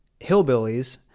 hillbillies